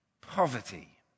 poverty